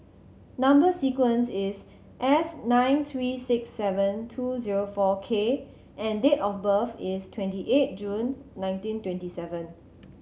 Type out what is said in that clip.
number sequence is S nine three six seven two zero four K and date of birth is twenty eight June nineteen twenty seven